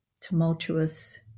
tumultuous